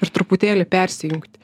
ir truputėlį persijungti